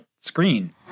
screen